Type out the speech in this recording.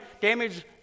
damage